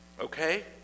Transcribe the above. okay